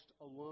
alone